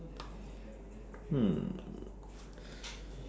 hmm